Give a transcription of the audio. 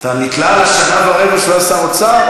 אתה נתלה על השנה ורבע שהוא היה שר אוצר?